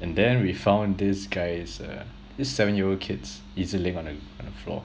and then we found this guy's uh this seven year old kid's E_Zlink on the on the floor